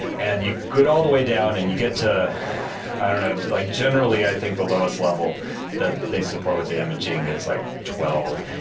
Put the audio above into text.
and you go all the way down and you get to i don't know. like generally, i think the lowest level that they support with the imaging is like twelve,